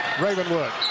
Ravenwood